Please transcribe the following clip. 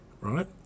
right